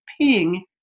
ping